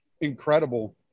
incredible